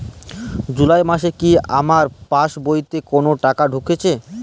জুলাই মাসে কি আমার পাসবইতে কোনো টাকা ঢুকেছে?